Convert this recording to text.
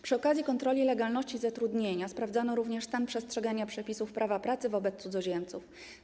Przy okazji kontroli legalności zatrudnienia sprawdzano również stan przestrzegania przepisów prawa pracy wobec cudzoziemców.